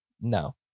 No